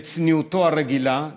בצניעותו הרגילה,